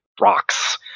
rocks